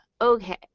Okay